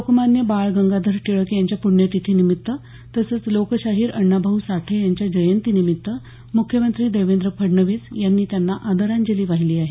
लोकमान्य बाळ गंगाधर टिळक यांच्या प्ण्यतिथीनिमित्त तसंच लोकशाहीर अण्णाभाऊ साठे यांच्या जयंतीनिमित्त मुख्यमंत्री देवेंद्र फडणवीस यांनी त्यांना आदरांजली वाहिली आहे